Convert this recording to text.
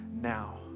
now